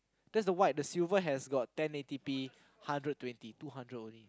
that's the white the silver has got ten A_T_P hundred twenty two hundred only